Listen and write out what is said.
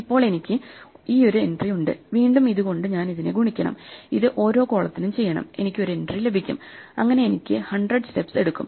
ഇപ്പോൾ എനിക്ക് ഈ ഒരു എൻട്രി ഉണ്ട് വീണ്ടും ഇത് കൊണ്ട് ഞാൻ അതിനെ ഗുണിക്കണം ഇത് ഓരോ കോളത്തിനും ചെയ്യണം എനിക്ക് ഒരു എൻട്രി ലഭിക്കും അങ്ങനെ എനിക്ക് 100 സ്റ്റെപ്സ് എടുക്കും